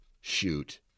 shoot